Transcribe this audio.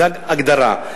זו ההגדרה.